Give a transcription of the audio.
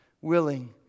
willing